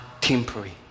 temporary